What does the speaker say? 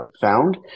found